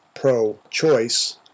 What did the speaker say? pro-choice